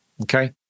okay